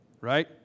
right